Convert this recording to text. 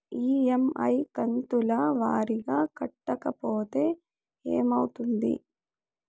EMI కంతుల వారీగా కట్టకపోతే ఏమవుతుంది?